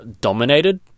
dominated